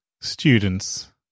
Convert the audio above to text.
Students